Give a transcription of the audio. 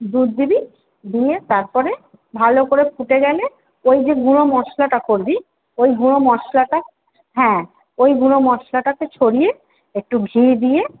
দুধ দিবি দিয়ে তারপরে ভালো করে ফুটে গেলে ওই যে গুঁড়ো মশলাটা করবি ওই গুঁড়ো মশলাটা হ্যাঁ ওই গুঁড়ো মশলাটাতে ছড়িয়ে একটু ঘি দিয়ে